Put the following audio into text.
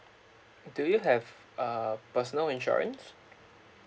do you have uh personal insurance